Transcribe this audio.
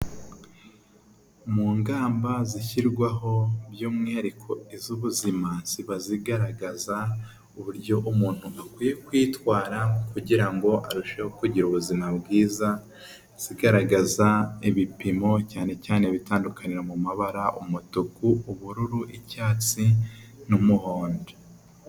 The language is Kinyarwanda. Mu ingamba zishyirwaho by'umwihariko iz'ubuzima, ziba zigaragaza uburyo umuntu akwiye kwitwara kugira ngo arusheho kugira ubuzima bwiza, zigaragaza ibipimo cyane cyane bitandukanira mu mabara, umutuku, ubururu, icyatsi, n'umuhondo.